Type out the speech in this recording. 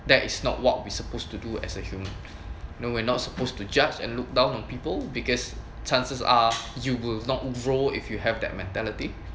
that is not what we supposed to do as a human you know we're not supposed to judge and look down on people because chances are you will not grow if you have that mentality